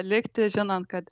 likti žinant kad